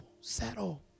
Settle